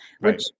Right